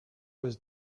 was